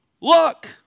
look